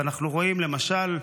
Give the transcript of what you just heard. למשל,